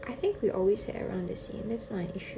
I think we always had around the same that's not an issue